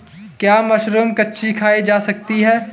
क्या मशरूम कच्ची खाई जा सकती है?